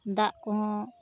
ᱫᱟᱜ ᱠᱚᱦᱚᱸ